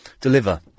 deliver